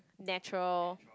natural